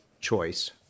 choice